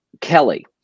Kelly